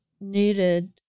needed